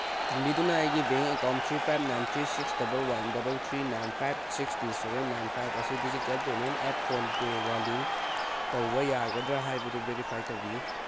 ꯆꯥꯟꯕꯤꯗꯨꯅ ꯑꯩꯒꯤ bank account three five nine three six double one double three nine five six two seven nine five ꯑꯁꯤ digital payment app ꯐꯣꯟꯄꯦꯒ ꯂꯤꯡ ꯇꯧꯕ ꯌꯥꯒꯗ꯭ꯔꯥ ꯍꯥꯏꯕꯗꯨꯨ ꯚꯦꯔꯤꯐꯥꯏ ꯇꯧꯕꯤꯌꯨ